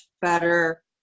better